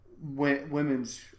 women's